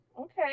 okay